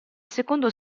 secondo